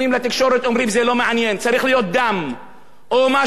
צריך להיות דם או משהו מיוחד כדי שיסקרו